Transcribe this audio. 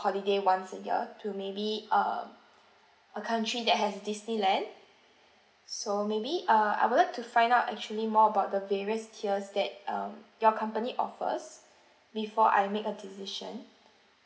holiday once a year to maybe uh a country that has disneyland so maybe uh I would like to find out actually more about the various tiers that um your company offers before I make a decision